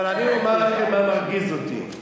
אבל אני אומר לכם מה מרגיז אותי.